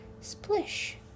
Splish